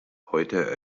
heute